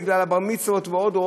בגלל בר-מצווה ועוד,